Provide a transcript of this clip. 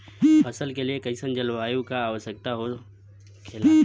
फसल के लिए कईसन जलवायु का आवश्यकता हो खेला?